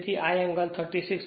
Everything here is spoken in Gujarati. તેથી આ એંગલ છે તે 36